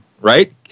Right